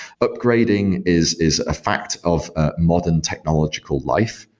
upgrading is is a fact of ah modern technological life.